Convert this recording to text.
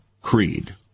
Creed